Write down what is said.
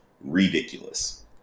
ridiculous